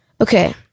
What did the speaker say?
Okay